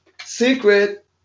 secret